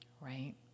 right